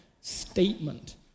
statement